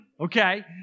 Okay